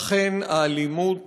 אכן, האלימות